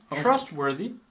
trustworthy